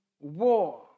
war